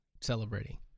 celebrating